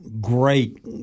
great